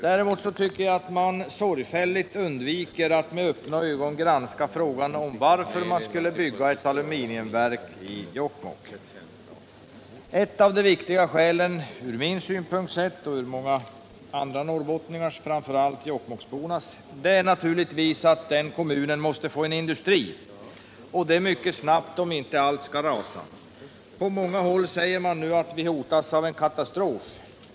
Däremot undviker man sorgfälligt att med öppna ögon granska frågan om varför man skulle bygga ett aluminiumverk i Jokkmokk. Ett av de viktiga skälen från min och många andra norrbottningars och framför allt jokkmokkbornas synpunkt sett är naturligtvis att kommunen måste få en industri och det mycket snabbt, om inte allt skall rasa. På många håll säger man nu att vi hotas av katastrof.